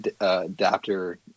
adapter